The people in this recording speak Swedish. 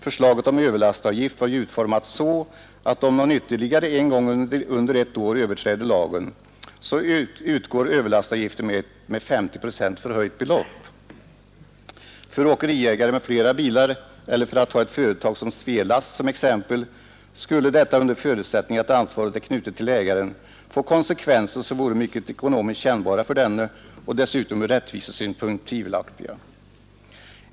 Förslaget om överlastavgift var utformat så att om någon ytterligare en gång under ett år överträder lagen, utgår överlastavgiften med ett med 50 procent förhöjt belopp. För en åkeriägare med flera bilar eller ett företag som Svelast skulle detta, under förutsättning att ansvaret är knutet till ägare, få konsekvenser som ekonomiskt vore mycket kännbara för denne och dessutom ur rättvisesynpunkt tvivelaktiga.